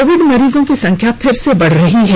Covid मरीजों की संख्या फिर से बढ़ रही है